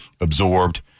absorbed